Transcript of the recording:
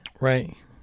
Right